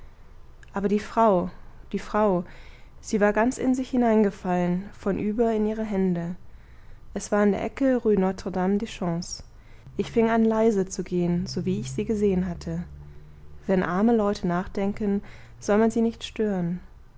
aber die frau die frau sie war ganz in sich hineingefallen vornüber in ihre hände es war an der ecke rue notre dame des champs ich fing an leise zu gehen sowie ich sie gesehen hatte wenn arme leute nachdenken soll man sie nicht stören